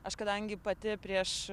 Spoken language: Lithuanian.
aš kadangi pati prieš